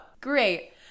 great